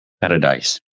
paradise